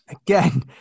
Again